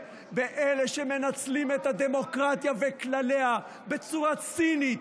אלה שמנצלים את הדמוקרטיה וכלליה בצורה צינית,